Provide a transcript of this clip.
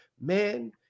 man